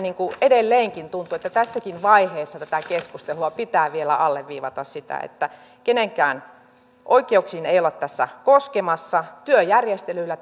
edelleenkin tuntuu että tässäkin vaiheessa tätä keskustelua pitää vielä alleviivata sitä että kenenkään oikeuksiin ei olla tässä koskemassa työjärjestelyillä